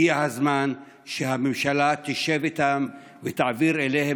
הגיע הזמן שהממשלה תשב איתם ותעביר אליהם